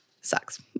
sucks